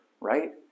right